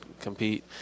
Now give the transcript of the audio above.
compete